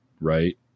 right